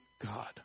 God